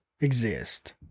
exist